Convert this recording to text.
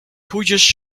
pójdziesz